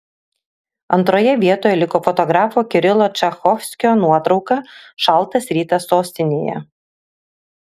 antroje vietoje liko fotografo kirilo čachovskio nuotrauka šaltas rytas sostinėje